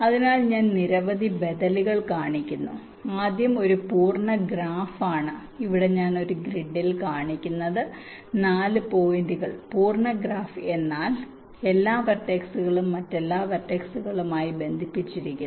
അതിനാൽ ഞാൻ നിരവധി ബദലുകൾ കാണിക്കുന്നു ആദ്യം ഒരു പൂർണ്ണ ഗ്രാഫ് ആണ് ഇവിടെ ഞാൻ ഒരു ഗ്രിഡിൽ കാണിക്കുന്നത് 4 പോയിന്റുകൾ പൂർണ്ണ ഗ്രാഫ് എന്നാൽ എല്ലാ വെർട്ടെക്സും മറ്റെല്ലാ വെർട്ടെക്സുമായി ബന്ധിപ്പിച്ചിരിക്കുന്നു